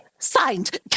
signed